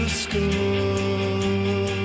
school